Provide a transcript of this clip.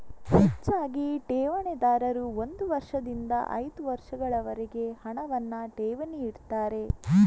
ಹೆಚ್ಚಾಗಿ ಠೇವಣಿದಾರರು ಒಂದು ವರ್ಷದಿಂದ ಐದು ವರ್ಷಗಳವರೆಗೆ ಹಣವನ್ನ ಠೇವಣಿ ಇಡ್ತಾರೆ